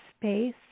space